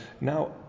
now